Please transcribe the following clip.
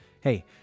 hey